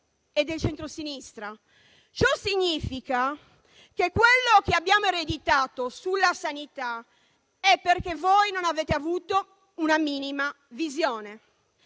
è del centrosinistra. Ciò significa che quello che abbiamo ereditato sulla sanità è dovuto al fatto che voi non avete avuto una minima visione.